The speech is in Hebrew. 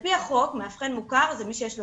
על פי החוק מאבחן מוכר זה מי שיש לו